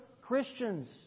Christians